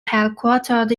headquartered